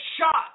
shot